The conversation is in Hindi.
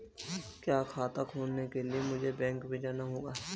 क्या खाता खोलने के लिए मुझे बैंक में जाना होगा?